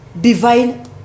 divine